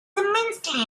immensely